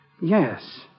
Yes